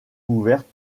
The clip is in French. ouverte